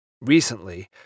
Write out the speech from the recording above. Recently